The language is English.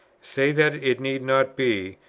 say that it need not be,